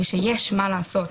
ושיש מה לעשות.